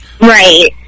right